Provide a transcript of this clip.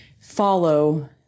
follow